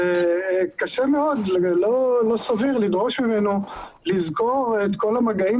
ולא סביר לדרוש ממנו לזכור את כל המגעים